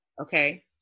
Okay